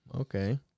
okay